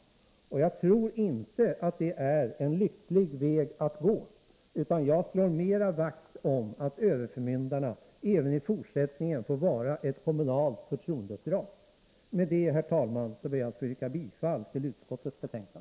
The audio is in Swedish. Jag tror inte att det är en lycklig väg att gå, utan jag vill slå vakt om överförmyndarverksamheten som ett kommunalt förtroendeuppdrag även i fortsättningen. Med detta, herr talman, ber jag att få yrka bifall till utskottets hemställan.